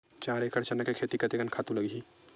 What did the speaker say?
चार एकड़ चना के खेती कतेकन खातु लगही?